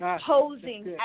posing